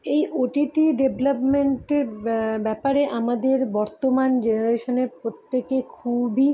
এই ওটিটি ডেভলপমেন্টের ব্যাপারে আমাদের বর্তমান জেনারেশানের প্রত্যেকে খুবই